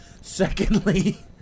Secondly